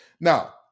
Now